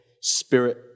spirit